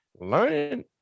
learning